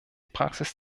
praxis